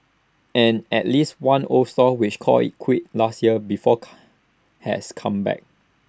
and at least one old stall which called IT quits last years before has come back